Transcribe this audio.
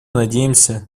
надеемся